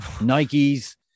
Nike's